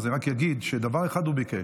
אז אני רק אגיד שדבר אחד הוא ביקש: